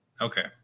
Okay